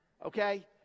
Okay